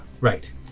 Right